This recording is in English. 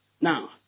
Now